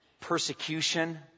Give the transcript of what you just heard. persecution